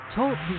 Talk